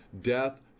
death